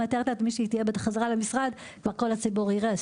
אני מתארת לעצמי שהיא תהיה בחזרה למשרד כבר כל הציבור יראה,